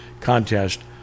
contest